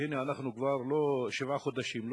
והנה אנחנו כבר פה שבעה חודשים,